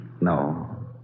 No